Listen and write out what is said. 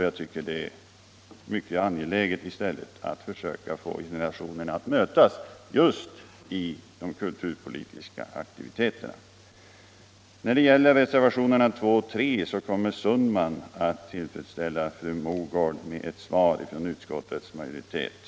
Jag tycker det i stället är angeläget att få generationerna att mötas just i de kulturpolitiska aktiviteterna. När det gäller reservationerna 2 och 3 kommer herr Sundman att tillfredsställa fru Mogård med ett svar från utskottsmajoriteten.